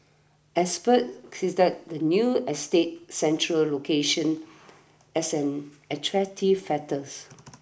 experts says that the new estate's central location as an attractive factors